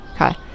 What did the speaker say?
okay